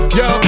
yo